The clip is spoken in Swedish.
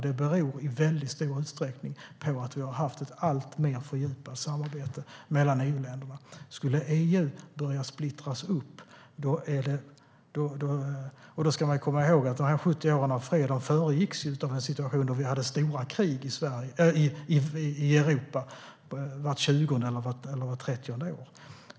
Det beror i väldigt stor utsträckning på att vi har haft ett alltmer fördjupat samarbete mellan EU-länderna. Man ska komma ihåg att dessa 70 år av fred föregicks av en situation där vi hade stora krig i Europa vart tjugonde eller trettionde år.